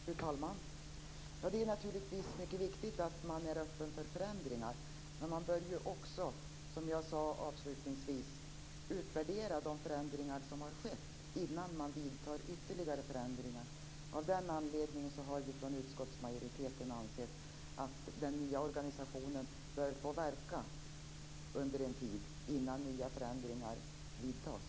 Fru talman! Det är naturligtvis viktigt att man är öppen för förändringar. Man bör också utvärdera de förändringar som har skett innan man vidtar ytterligare förändringar. Av den anledningen har vi i utskottsmajoriteten ansett att den nya organisationen bör få verka under en tid innan nya förändringar vidtas.